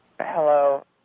Hello